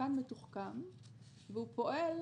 שחקן מתוחכם והוא פועל